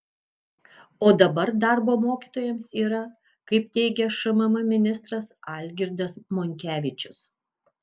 o dabar darbo mokytojams yra kaip teigia šmm ministras algirdas monkevičius